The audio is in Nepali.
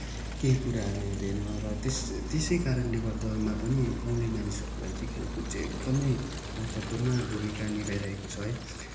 केही कुराहरू हुँदैन र त्यसै त्यसै कारणले गर्दामा पनि गाउँले मानिसहरूको लागि चाहिँ खेलकुद चाहिँ एकदमै महत्त्वपूर्ण निभाइरहेको छ है